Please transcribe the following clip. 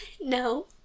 No